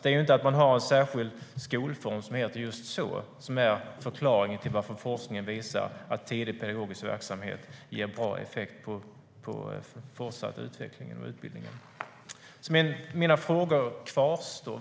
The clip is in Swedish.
Det är inte att man har en särskild skolform som heter just så som är förklaringen till varför forskningen visar att tidig pedagogisk verksamhet ger bra effekt på fortsatt utveckling och utbildning. Mina frågor kvarstår.